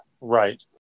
Right